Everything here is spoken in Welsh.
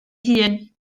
hun